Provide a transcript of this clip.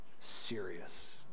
serious